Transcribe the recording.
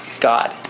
God